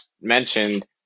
mentioned